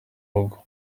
rugo